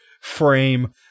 frame